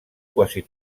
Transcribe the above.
quasi